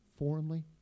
foreignly